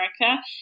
America